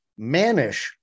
Manish